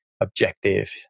objective